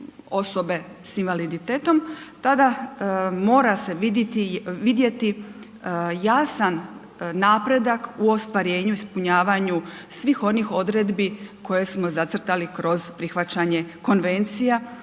osobe sa invaliditetom, tada mora se vidjeti jasan napredak u ostvarenju, ispunjavanju svih onih odredbi koje smo zacrtali kroz prihvaćanje konvencija